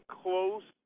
close